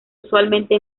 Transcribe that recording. usualmente